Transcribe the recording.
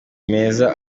meza